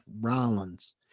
Rollins